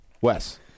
Wes